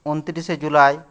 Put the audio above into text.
উনত্রিশে জুলাই